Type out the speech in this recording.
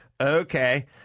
okay